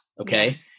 Okay